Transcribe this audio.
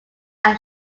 are